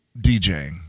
DJing